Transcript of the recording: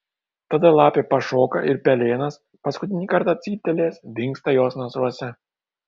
tada lapė pašoka ir pelėnas paskutinį kartą cyptelėjęs dingsta jos nasruose